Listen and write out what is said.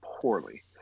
poorly